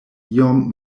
iom